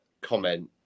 comment